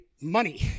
money